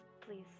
please